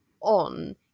on